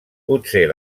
potser